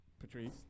Patrice